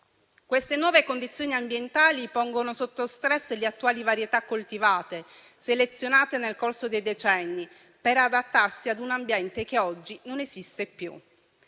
Queste nuove condizioni ambientali pongono sotto stress le attuali varietà coltivate, selezionate nel corso dei decenni per adattarsi a un ambiente che oggi non esiste più.